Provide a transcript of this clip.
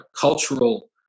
cultural